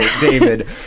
David